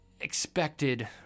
expected